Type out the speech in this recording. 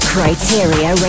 Criteria